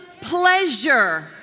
pleasure